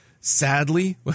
Sadly